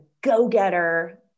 go-getter